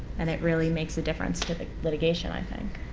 and it really makes a difference to the litigation, i think.